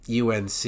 UNC